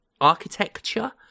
architecture